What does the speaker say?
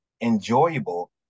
enjoyable